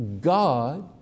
God